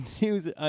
news